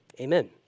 amen